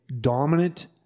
dominant